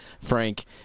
Frank